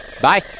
bye